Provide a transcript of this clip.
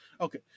Okay